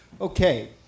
Okay